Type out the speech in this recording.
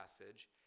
passage